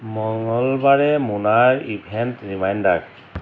মঙলবাৰে মোনাৰ event reminder